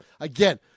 Again